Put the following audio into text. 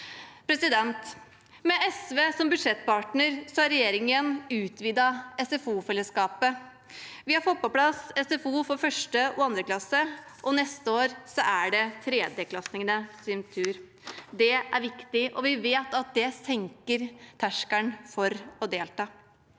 trengs. Med SV som budsjettpartner har regjerningen utvidet SFO-fellesskapet. Vi har fått på plass SFO for 1. og 2. klasse, og neste år er det 3.-klassingene sin tur. Det er viktig, og vi vet at det senker terskelen for å delta.